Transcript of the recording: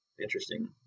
interesting